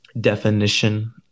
definition